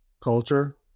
culture